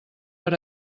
per